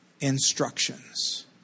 instructions